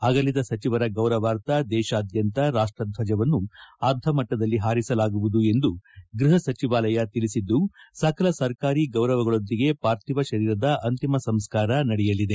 ಅಗಲಿದ ಸಚಿವರ ಗೌರವಾರ್ಥ ದೇಶಾದ್ಯಂತ ರಾಷ್ಟರ್ಜವನ್ನು ಅರ್ಧಮಟ್ಲದಲ್ಲಿ ಹಾರಿಸಲಾಗುವುದು ಎಂದು ಗ್ಲಹ ಸಚಿವಾಲಯ ತಿಳಿಸಿದ್ದು ಸಕಲ ಸರ್ಕಾರಿ ಗೌರವಗಳೊಂದಿಗೆ ಪಾರ್ಥಿವ ಶರೀರದ ಅಂತಿಮ ಸಂಸ್ಕಾರ ನಡೆಯಲಿದೆ